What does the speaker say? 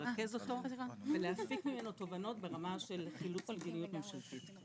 לרכז אותו ולהפיק ממנו תובנות ברמה של חילוץ מדיניות ממשלתית.